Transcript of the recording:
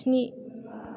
स्नि